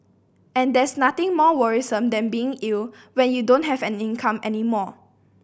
and there's nothing more worrisome than being ill when you don't have an income any more